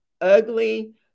ugly